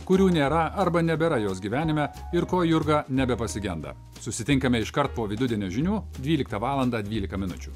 kurių nėra arba nebėra jos gyvenime ir ko jurga nebepasigenda susitinkame iškart po vidudienio žinių dvyliktą valandą dvylika minučių